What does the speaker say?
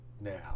Now